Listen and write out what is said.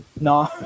No